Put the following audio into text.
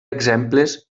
exemples